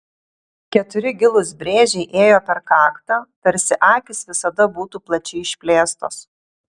keturi gilūs brėžiai ėjo per kaktą tarsi akys visada būtų plačiai išplėstos